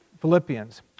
Philippians